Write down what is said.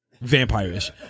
vampire-ish